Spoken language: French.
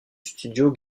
studio